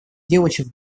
девочек